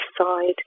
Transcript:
side